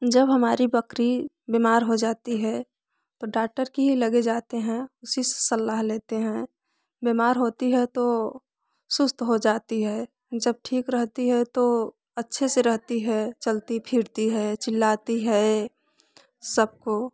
जब हमारी बकरी बीमार हो जाती है तो डाक्टर के ही लगे जाते हैं उसी से सलाह लेते हैं बीमार होती है तो सुस्त हो जाती है जब ठीक रहती है तो अच्छे से रहती है चलती फिरती है चिल्लाती है सब को